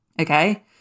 Okay